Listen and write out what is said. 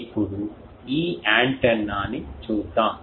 ఇప్పుడు ఈ యాంటెన్నాని చూద్దాం